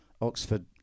Oxford